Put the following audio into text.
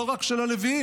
לא רק של הלווים,